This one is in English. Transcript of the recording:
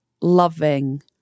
loving